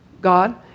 God